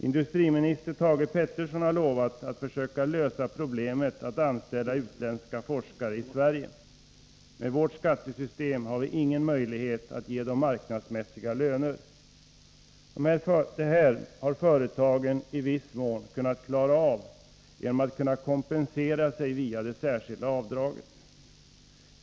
TIndustriminister Thage Peterson har lovat att försöka lösa problemet när det gäller att anställa utländska forskare i Sverige. Med vårt skattesystem har vi ingen möjlighet att ge dem marknadsmässiga löner. Detta har företagen i viss mån kunnat klarat upp genom att kompensera sig via det särskilda avdraget.